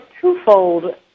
twofold